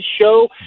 show